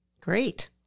Great